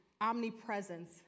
omnipresence